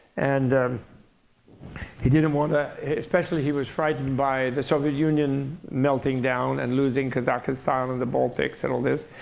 and he didn't want to especially he was frightened by the soviet union melting down and losing because ah in ah um and the baltics and all this.